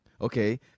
okay